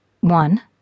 one